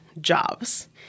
jobs